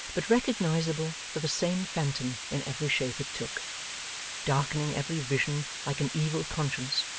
but recognisable for the same phantom in every shape it took darkening every vision like an evil conscience,